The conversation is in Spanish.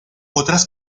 otras